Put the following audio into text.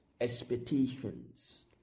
expectations